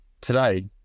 today